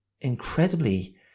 incredibly